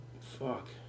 Fuck